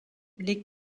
les